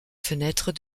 fenêtres